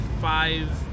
five